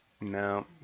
No